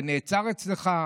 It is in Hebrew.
זה נעצר אצלך.